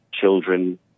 children